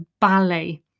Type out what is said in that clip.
ballet